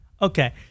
Okay